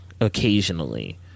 occasionally